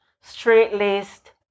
straight-laced